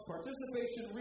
Participation